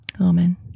Amen